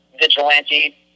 vigilante